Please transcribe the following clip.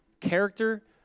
character